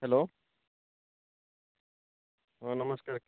hello ହଁ ନମସ୍କାର